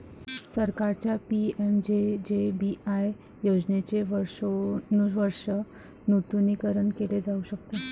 सरकारच्या पि.एम.जे.जे.बी.वाय योजनेचे वर्षानुवर्षे नूतनीकरण केले जाऊ शकते